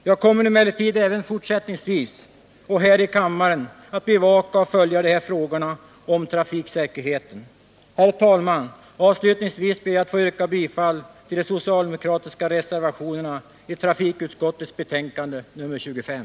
Jag kommer emellertid fortsättningsvis — och här i kammaren — att bevaka och följa dessa frågor om trafiksäkerheten. Herr talman! Avslutningsvis ber jag att få yrka bifall till de socialdemokratiska reservationerna i trafikutskottets betänkande nr 25.